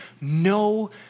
no